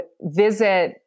visit